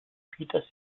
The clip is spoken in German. peter